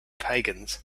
pagans